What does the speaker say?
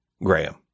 Graham